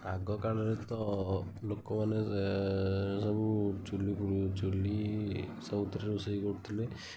ଆଗ କାଳରେ ତ ଲୋକମାନେ ସବୁ ଚୂଲି ଫୁ ଚୂଲି ସବୁଥିରେ ରୋଷେଇ କରୁଥିଲେ